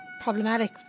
problematic